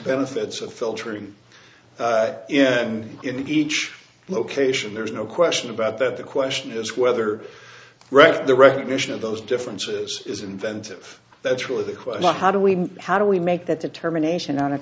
benefits of filtering in and in each location there's no question about that the question is whether right the recognition of those differences is inventive that's really the question of how do we how do we make that determination o